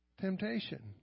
Temptation